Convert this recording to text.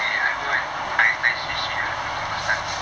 eh I go and do management C_C ah so much time